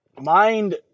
mind